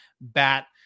bat